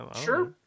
Sure